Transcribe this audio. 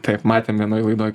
kaip matėm vienoj laidoj